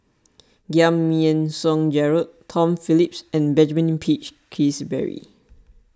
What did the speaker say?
Giam Yean Song Gerald Tom Phillips and Benjamin Peach Keasberry